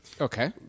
Okay